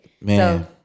Man